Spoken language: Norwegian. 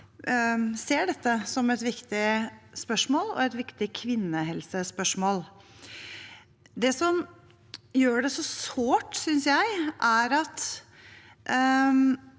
ser dette som et viktig spørsmål og et viktig kvinnehelsespørsmål. Det som gjør det så sårt, synes jeg, er at